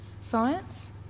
science